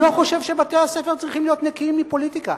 לא חושב שבתי-הספר צריכים להיות נקיים מפוליטיקה.